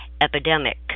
epidemic